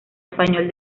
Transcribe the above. español